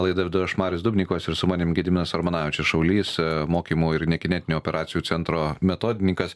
laidą vedu aš marius dubnikovas ir su manim gediminas armonavičius šaulys mokymo ir nekinetinių operacijų centro metodininkas